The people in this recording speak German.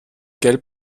gelb